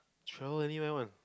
throw anywhere one